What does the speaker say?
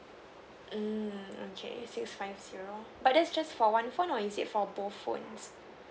mm okay six five zero but that's just for one phone or is it for both phones